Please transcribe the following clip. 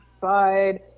side